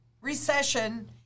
recession